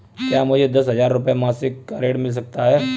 क्या मुझे दस हजार रुपये मासिक का ऋण मिल सकता है?